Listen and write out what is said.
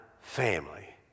family